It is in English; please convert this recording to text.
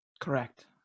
Correct